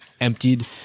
emptied